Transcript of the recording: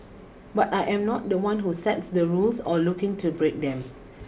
but I am not the one who sets the rules or looking to break them